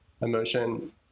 emotion